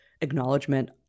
acknowledgement